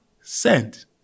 sent